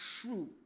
true